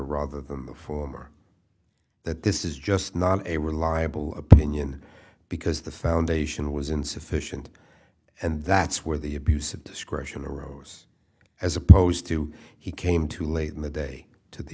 rather than the former that this is just not a reliable opinion because the foundation was insufficient and that's where the abuse of discretion arose as opposed to he came to late in the day to